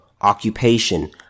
occupation